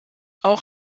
auch